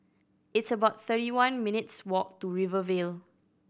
it's about thirty one minutes' walk to Rivervale